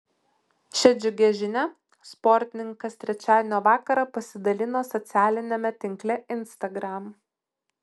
šia džiugia žinia sportininkas trečiadienio vakarą pasidalino socialiniame tinkle instagram